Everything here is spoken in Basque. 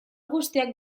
guztiak